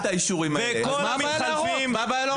יש לה את אישורים האלה.